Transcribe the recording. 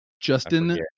Justin